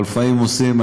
אבל לפעמים עושים.